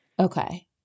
Okay